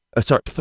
sorry